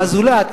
הזולת,